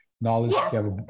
knowledge